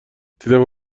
دیدم